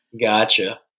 Gotcha